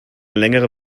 längere